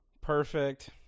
Perfect